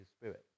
Spirit